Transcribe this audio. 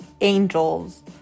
angels